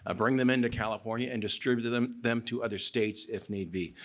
ah bring them into california, and distributed them them to other states if need be.